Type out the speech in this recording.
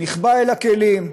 נחבא אל הכלים.